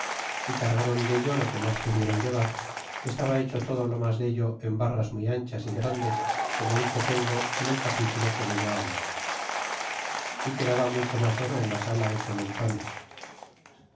ochenta y cargron dello lo que mas pudié ron llevar que estaba hecho todo lo mas dello en barras muy anchas y grandes como dicho tengo en el capitulo que dello habla y quedaba mucho mas oro en la sala hecho montones